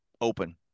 open